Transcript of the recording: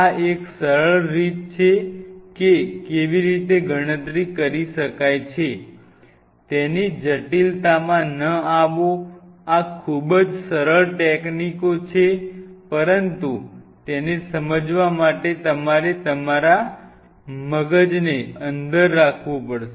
આ એક સરળ રીત છે કે કેવી રીતે ગણતરી કરી શકાય છે તેની જટિલતામાં ન આવો આ ખૂબ જ સરળ ટેક નીકો છે પરંતુ તેને સમજવા માટે તમારે તમારા મગજને અંદર રાખવું પડશે